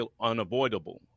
unavoidable